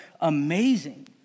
amazing